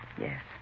Yes